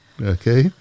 Okay